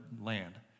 land